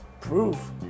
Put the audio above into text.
proof